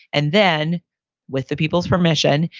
and then with the people's permission,